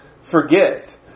forget